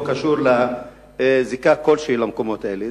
לא קשור לזיקה כלשהי למקומות האלה.